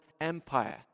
Empire